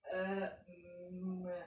err mm